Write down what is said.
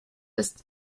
ist